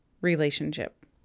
relationship